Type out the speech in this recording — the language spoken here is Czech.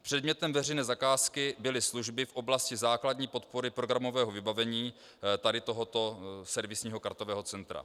Předmětem veřejné zakázky byly služby v oblasti základní podpory programového vybavení tady tohoto servisního kartového centra.